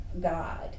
God